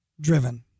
Driven